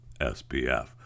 SPF